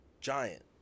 giant